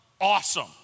awesome